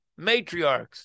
matriarchs